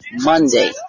Monday